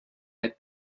had